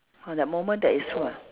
orh that moment that is true ah